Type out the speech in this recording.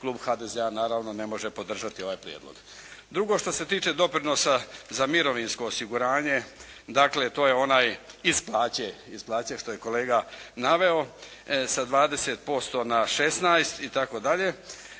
Klub HDZ-a naravno ne može podržati ovaj prijedlog. Drugo, što se tiče doprinosa za mirovinsko osiguranje. Dakle, to je onaj iz plaće, iz plaće što je kolega naveo sa 20% na 16 itd., na